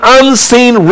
unseen